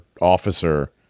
officer